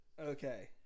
Okay